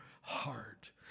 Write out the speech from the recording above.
heart